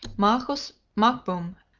marcus macbum,